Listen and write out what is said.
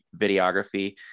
videography